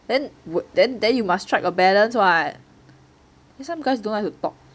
then would then then you must strike a balance [what] cause some guys don't like to talk